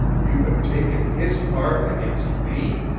you have taken his part against me!